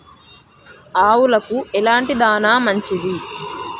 ఆవులకు ఎలాంటి దాణా మంచిది?